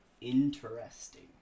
interesting